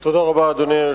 דנון,